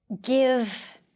Give